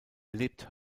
lebt